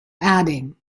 adding